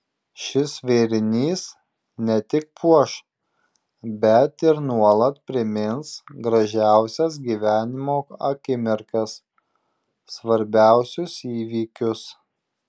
šis vėrinys ne tik puoš bet ir nuolat primins gražiausias gyvenimo akimirkas svarbiausius įvykius